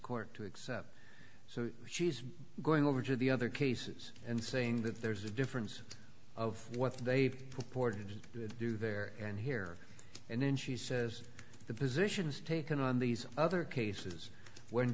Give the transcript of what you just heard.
court to accept so she's going over to the other cases and saying that there's a difference of what they've poured to do there and here and then she says the positions taken on these other cases when